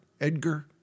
Edgar